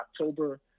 October